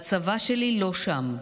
הצבא שלי, לא שם,